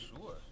sure